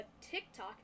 TikTok